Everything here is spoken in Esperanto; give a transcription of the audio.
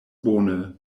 bone